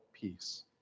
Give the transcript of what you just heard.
peace